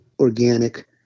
organic